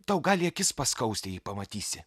tau gali akis paskausti jei pamatysi